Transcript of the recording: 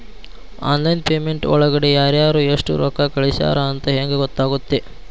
Online payment ಒಳಗಡೆ ಯಾರ್ಯಾರು ಎಷ್ಟು ರೊಕ್ಕ ಕಳಿಸ್ಯಾರ ಅಂತ ಹೆಂಗ್ ಗೊತ್ತಾಗುತ್ತೆ?